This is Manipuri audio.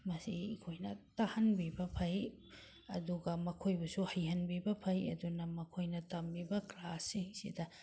ꯃꯁꯤ ꯑꯩꯈꯣꯏꯅ ꯇꯥꯍꯟꯕꯤꯕ ꯐꯩ ꯑꯗꯨꯒ ꯃꯈꯣꯏꯕꯨꯁꯨ ꯍꯩꯍꯟꯕꯤꯕ ꯐꯩ ꯑꯗꯨꯅ ꯃꯈꯣꯏꯅ ꯇꯝꯃꯤꯕ ꯀ꯭ꯂꯥꯁꯁꯤꯡꯁꯤꯗ